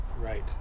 Right